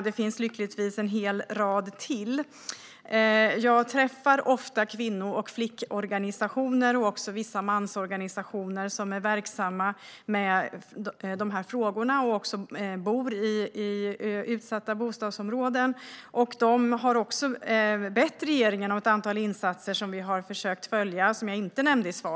Lyckligtvis finns det en hel rad till. Jag träffar ofta kvinno-, flick och vissa mansorganisationer som är verksamma i dessa frågor och som bor i utsatta bostadsområden. De har också bett regeringen om ett antal insatser som vi har försökt att göra, som jag inte nämnde i svaret.